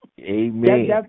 Amen